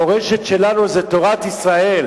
המורשת שלנו זה תורת ישראל.